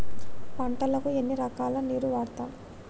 పంటలకు ఎన్ని రకాల నీరు వాడుతం?